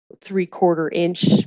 three-quarter-inch